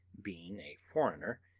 being a foreigner,